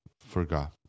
forgot